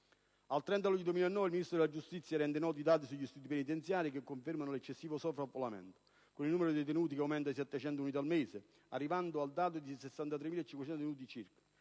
Al 30 luglio 2009, il Ministero della giustizia ha reso noti i dati sugli istituti penitenziari, che confermano l'eccessivo sovraffollamento, con il numero dei detenuti che aumenta di 700 unità al mese, arrivando ad un totale di circa